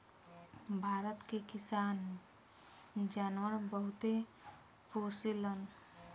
भारत के किसान जानवर बहुते पोसेलन